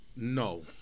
No